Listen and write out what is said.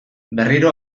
berriro